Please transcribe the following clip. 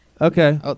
Okay